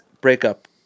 breakup